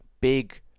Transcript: big